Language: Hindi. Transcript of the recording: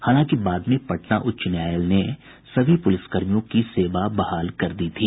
हालांकि बाद में पटना उच्च न्यायालय ने सभी पुलिसकर्मियों की सेवा बहाल कर दी थी